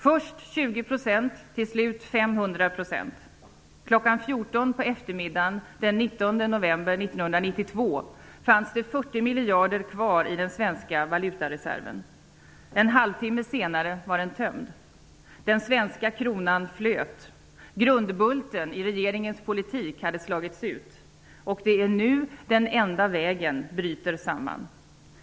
40 miljarder kvar i den svenska valutareserven. En halvtimme senare var den tömd. Den svenska kronan flöt. Grundbulten i regeringens politik hade slagits ut. Det är nu ''den enda vägen'' bryter samman.